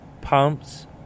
pumps